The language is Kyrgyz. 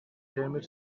темир